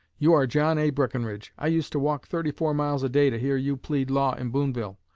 you are john a. breckenridge. i used to walk thirty-four miles a day to hear you plead law in booneville,